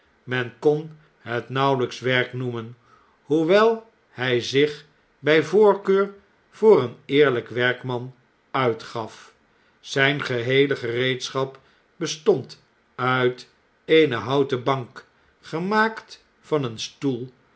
men kon het nauwelps werk noemen hoewel hn zich bij yoorkeur voor s een eerljjk werkman uitgaf zfln geheele gereedschap bestond uit eene houten bank gemaakt van een stoel